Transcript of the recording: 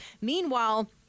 Meanwhile